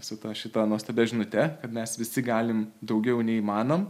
su ta šita nuostabia žinute mes visi galim daugiau nei manom